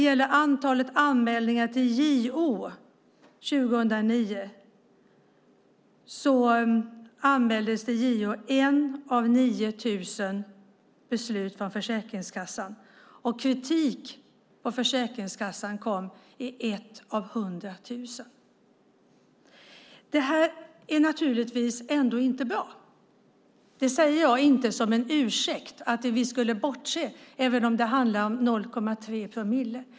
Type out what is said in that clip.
Till JO anmäldes 2009 ett av 9 000 beslut från Försäkringskassan, och kritik mot Försäkringskassan kom i ett fall på 100 000. Detta är naturligtvis ändå inte bra. Jag säger det inte som en ursäkt eller för att vi ska bortse från dessa fall, även om det handlar om 0,3 promille.